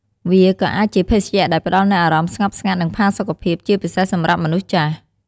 វាក៏អាចជាភេសជ្ជៈដែលផ្តល់នូវអារម្មណ៍ស្ងប់ស្ងាត់ និងផាសុខភាព ជាពិសេសសម្រាប់មនុស្សចាស់។